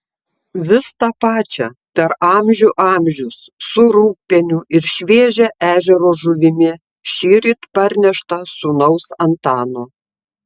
vis tą pačią per amžių amžius su rūgpieniu ir šviežia ežero žuvimi šįryt parnešta sūnaus antano